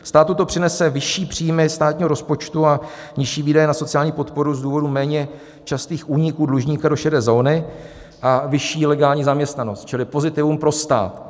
Státu to přinese vyšší příjmy státního rozpočtu a nižší výdaje na sociální podporu z důvodu méně častých úniků dlužníka do šedé zóny a vyšší legální zaměstnanost čili pozitivum pro stát.